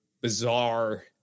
bizarre